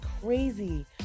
crazy